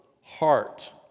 heart